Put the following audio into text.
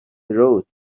تروت